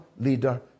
leader